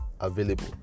available